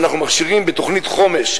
ואנחנו מכשירים בתוכנית חומש,